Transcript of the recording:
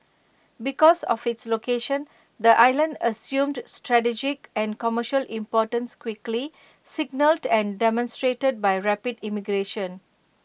because of its location the island assumed strategic and commercial importance quickly signalled and demonstrated by rapid immigration